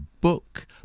book